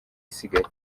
isigaye